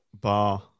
bar